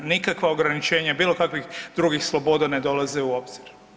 Nikakva ograničenja bilo kakvih drugih sloboda ne dolaze u obzir.